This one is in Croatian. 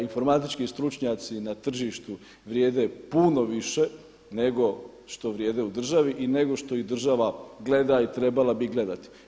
Informatički stručnjaci na tržištu vrijede puno više nego što vrijede u državi i nego što ih država gleda i trebala bi gledati.